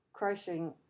crocheting